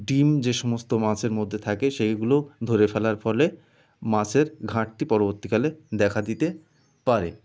ডিম যে সমস্ত মাছের মধ্যে থাকে সেইগুলো ধরে ফেলার ফলে মাছের ঘাটতি পরবর্তীকালে দেখা দিতে পারে